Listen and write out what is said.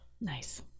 Nice